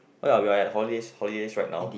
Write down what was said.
oh ya we had holidays holidays right now